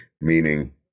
Meaning